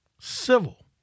civil